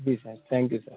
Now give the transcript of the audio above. ji sir thank you sir